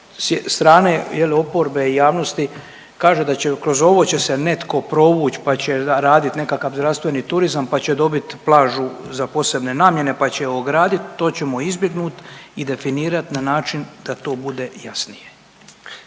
strane oporbe i javnosti kaže da će, kroz ovo će se netko provući pa će raditi nekakav zdravstveni turizam, pa će dobit plažu za posebne namjene, pa će je ograditi. To ćemo izbjegnut i definirat na način da to bude jasnije.